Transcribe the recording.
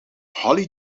hollie